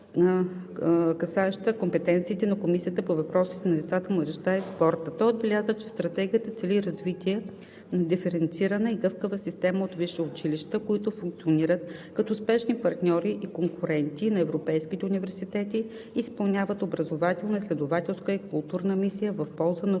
компетенциите на Комисията по въпросите на децата, младежта и спорта. Той отбеляза, че Стратегията цели развитие на диференцирана и гъвкава система от висши училища, които функционират като успешни партньори и конкуренти на европейските университети и изпълняват образователна, изследователска и културна мисия в полза на